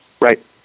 Right